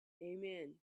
amen